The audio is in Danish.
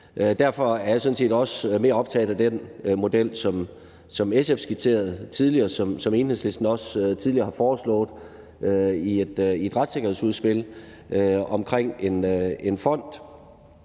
Derfor er jeg sådan set også mere optaget af den model, som SF skitserede tidligere, og som Enhedslisten også tidligere har foreslået i et retssikkerhedsudspil, omkring en fond,